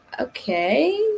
okay